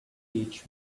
teach